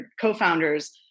co-founders